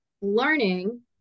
Learning